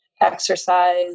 exercise